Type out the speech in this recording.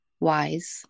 wise